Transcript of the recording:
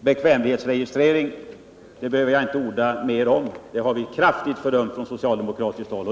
Bekvämlighetsregistreringen behöver jag inte orda mer om. Den har vi kraftigt fördömt från socialdemokratiskt håll.